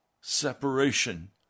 separation